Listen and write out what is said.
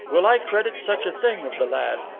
will i credit such a thing of the lad.